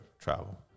travel